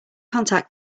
contact